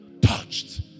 Touched